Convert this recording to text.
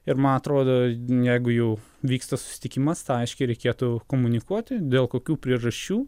ir man atrodo jeigu jau vyksta susitikimas tą aiškiai reikėtų komunikuoti dėl kokių priežasčių